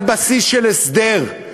על בסיס של הסדר,